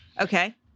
Okay